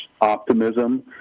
optimism